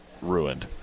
ruined